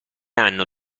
anno